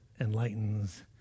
enlightens